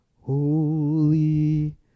holy